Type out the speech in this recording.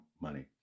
money